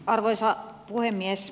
arvoisa puhemies